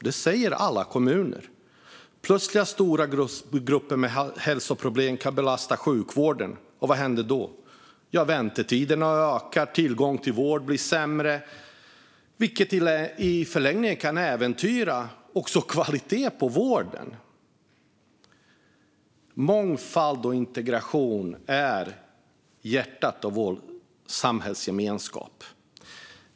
Det säger alla kommuner. När stora grupper med hälsoproblem plötsligt kommer kan det belasta sjukvården. Och vad händer då? Väntetiderna ökar, och tillgången till vård sämre. Detta kan i förlängningen äventyra också kvaliteten på vården. Mångfald och integration är hjärtat i vår samhällsgemenskap.